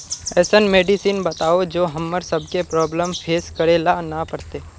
ऐसन मेडिसिन बताओ जो हम्मर सबके प्रॉब्लम फेस करे ला ना पड़ते?